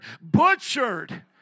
butchered